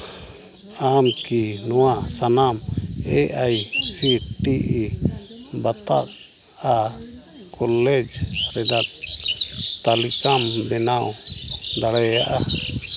ᱟᱢ ᱠᱤ ᱱᱚᱣᱟ ᱥᱟᱱᱟᱢ A I C T E ᱵᱟᱛᱟᱣᱟᱜ ᱠᱚᱞᱮᱡᱽ ᱨᱮᱱᱟᱜ ᱛᱟᱹᱞᱤᱠᱟᱢ ᱵᱮᱱᱟᱣ ᱫᱟᱲᱮᱭᱟᱜᱼᱟ